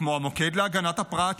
כמו המוקד להגנת הפרט,